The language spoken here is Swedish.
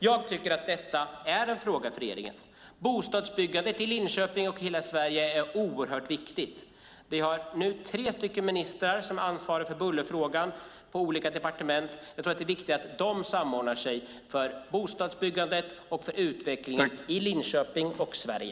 Jag tycker att detta är en fråga för regeringen. Bostadsbyggandet i Linköping och i övriga Sverige är oerhört viktigt. Vi har tre ministrar som på olika departement har ansvar för bullerfrågan. Det är viktigt att de samordnar sig för bostadsbyggandet och för utvecklingen i Linköping och i Sverige.